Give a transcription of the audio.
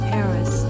Paris